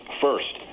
First